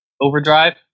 Overdrive